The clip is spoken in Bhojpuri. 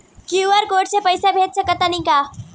क्यू.आर कोड से पईसा भेज सक तानी का?